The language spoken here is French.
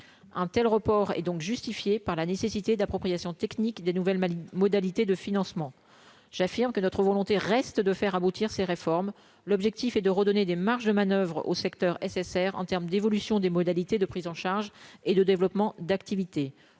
un tel report est donc justifié par la nécessité d'appropriation des nouvelles maligne modalités de financement, j'affirme que notre volonté reste de faire aboutir ses réformes, l'objectif est de redonner des marges de manoeuvre au secteur SSR en terme d'évolution des modalités de prise en charge et de développement d'activités,